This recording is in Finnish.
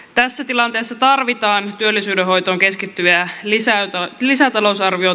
tässä tilanteessa tarvitaan työllisyyden hoitoon keskittyviä lisätalousarviotoimia